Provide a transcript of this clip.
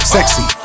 Sexy